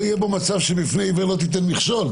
יהיה בו מצב של בפני עיוור לא תיתן מכשול?